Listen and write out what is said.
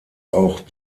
auch